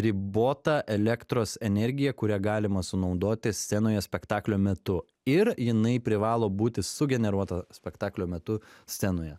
ribota elektros energija kurią galima sunaudoti scenoje spektaklio metu ir jinai privalo būti sugeneruota spektaklio metu scenoje